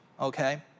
okay